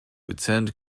attend